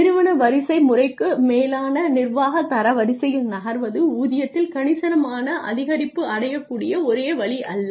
நிறுவன வரிசை முறைக்கு மேலான நிர்வாக தரவரிசையில் நகர்வது ஊதியத்தில் கணிசமான அதிகரிப்பு அடையக் கூடிய ஒரே வழி அல்ல